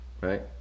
right